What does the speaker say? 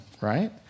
right